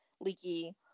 leaky